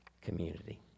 community